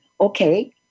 okay